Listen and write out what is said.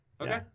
Okay